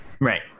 Right